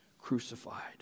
crucified